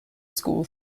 school